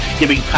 giving